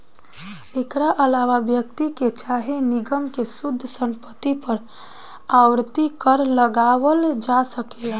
एकरा आलावा व्यक्ति के चाहे निगम के शुद्ध संपत्ति पर आवर्ती कर लगावल जा सकेला